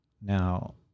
now